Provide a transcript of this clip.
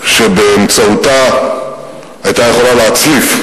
שבאמצעותה היתה יכולה להצליף,